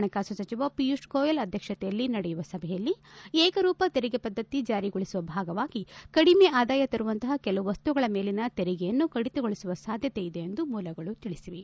ಪಣಕಾಸು ಸಚಿವ ಪಿಯೂಷ್ ಗೋಯಲ್ ಅಧ್ಯಕ್ಷತೆಯಲ್ಲಿ ನಡೆಯುವ ಸಭೆಯಲ್ಲಿ ಏಕರೂಪ ತೆರಿಗೆ ಪದ್ಧತಿ ಜಾರಿಗೊಳಿಸುವ ಭಾಗವಾಗಿ ಕಡಿಮೆ ಆದಾಯ ತರುವಂತಪ ಕೆಲವು ವಸ್ತುಗಳ ಮೇಲನ ತೆರಿಗೆಯನ್ನು ಕಡಿತಗೊಳಿಸುವ ಸಾಧ್ಯತೆಯಿದೆ ಎಂದು ಮೂಲಗಳು ತಿಳಿಸಿವೆ